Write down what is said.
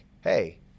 Hey